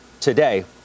today